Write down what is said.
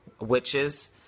witches